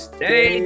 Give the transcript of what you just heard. Stay